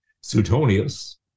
Suetonius